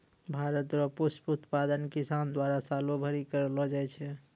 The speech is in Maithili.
भारत रो पुष्प उत्पादन किसान द्वारा सालो भरी करलो जाय छै